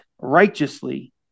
righteously